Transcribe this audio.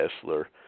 Kessler